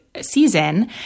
Season